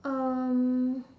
um